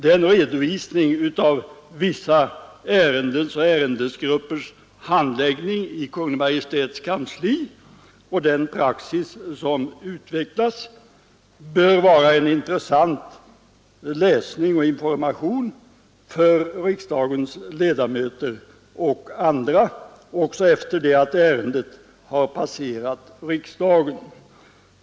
Den redovisning av vissa ärendens och ärendegruppers handläggning i Kungl. Maj:ts kansli och den praxis som utvecklats bör vara en intressant läsning och information för riksdagens ledamöter och andra också efter det att ärendet har passerat riksdagen.